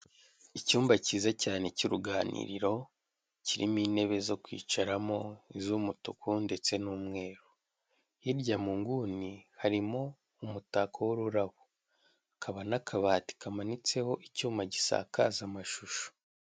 Icyumba cyiza cyane cy'uruganiriro kirimo intebe zo kwicaramo iz'umutuku ndetse n'umweru hirya mu nguni harimo umutako w'ururabo hakaba n'akabati kamanitseho icyuma gisakaza amashusho.